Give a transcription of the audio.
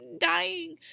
dying